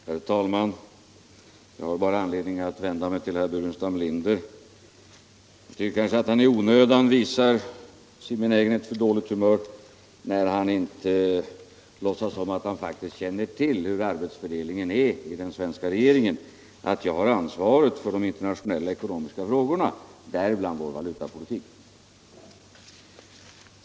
Herr talman! Jag har bara anledning att vända mig till herr Burenstam Linder. Jag tycker att han kanske i onödan visar sin benägenhet för dåligt humör när han inte låtsas om att han faktiskt känner till arbetsfördelningen i den svenska regeringen och att jag har ansvaret för de internationella ekonomiska frågorna, däribland vår valutapolitik.